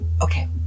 Okay